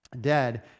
dead